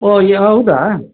ಓಹ್ ಯ ಹೌದಾ